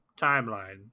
timeline